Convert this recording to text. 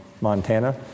Montana